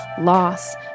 loss